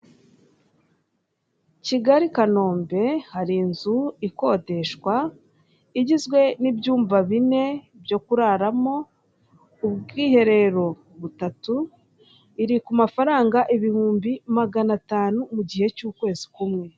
Kigali kanombe hari inzu ikodeshwa igizwe n'ibyumba bine byo kuraramo, ubwiherero butatu, iri ku mafaranga ibihumbi magana atanu mu gihe cy'ukwezi kumwe.